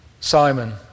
Simon